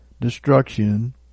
destruction